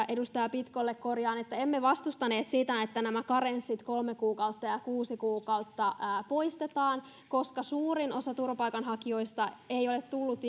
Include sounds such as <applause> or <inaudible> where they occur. <unintelligible> edustaja pitkolle korjaan että emme vastustaneet sitä että nämä karenssit kolme kuukautta ja ja kuusi kuukautta poistetaan koska suurin osa turvapaikanhakijoista ei ole edes tullut <unintelligible>